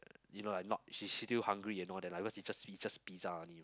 you know like not she she feel hungry and all that lah because is just is just pizza only lah